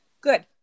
good